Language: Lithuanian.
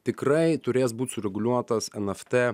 tikrai turės būt sureguliuotas nft